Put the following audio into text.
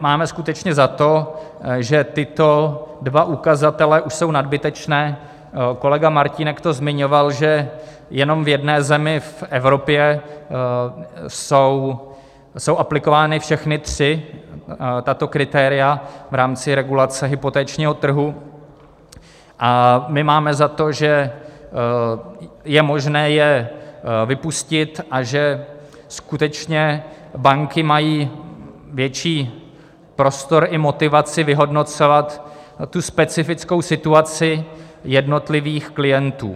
Máme skutečně za to, že tyto dva ukazatele už jsou nadbytečné, kolega Martínek to zmiňoval, že jenom v jedné zemi v Evropě jsou aplikovány všechna tři tato kritéria v rámci regulace hypotečního trhu, a my máme za to, že je možné je vypustit a že skutečně banky mají větší prostor i motivaci vyhodnocovat specifickou situaci jednotlivých klientů.